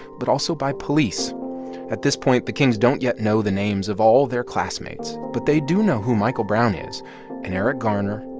but also by police at this point, the kings don't yet know the names of all of their classmates, but they do know who michael brown is and eric garner,